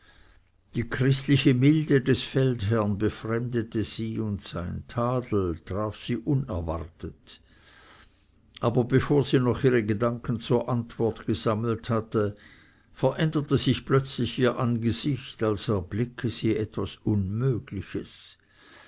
die christliche milde des feldherrn befremdete sie und sein tadel traf sie unerwartet aber bevor sie noch ihre gedanken zur antwort gesammelt hatte veränderte sich plötzlich ihr angesicht als erblicke sie etwas unmögliches